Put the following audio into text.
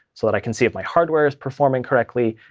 so that i can see if my hardware is performing correctly,